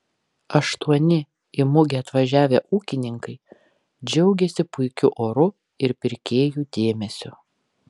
aštuoni į mugę atvažiavę ūkininkai džiaugėsi puikiu oru ir pirkėjų dėmesiu